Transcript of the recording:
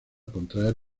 contraer